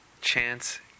chance